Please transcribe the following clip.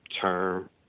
term